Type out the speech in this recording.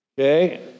Okay